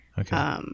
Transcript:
Okay